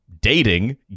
dating